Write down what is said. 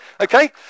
Okay